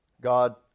God